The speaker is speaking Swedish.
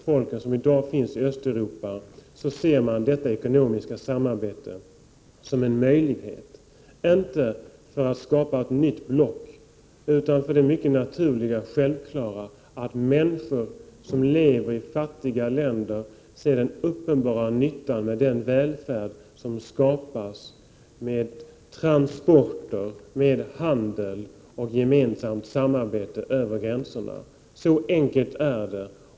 Folken i Östeuropa betraktar i dag detta samarbete som en möjlighet, dock inte för att skapa ett nytt block. Det rör sig om det mycket naturliga och självklara att människor som lever i fattiga länder ser den uppenbara nyttan med den välfärd som skapas. Det gäller transporter, handel och gemensamt samarbete över gränserna. Så enkelt är det.